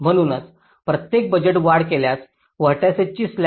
म्हणूनच प्रत्येक बजेट वाढ केल्याने व्हर्टिसिस ची स्लॅक मूल्य कमी होईल